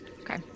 Okay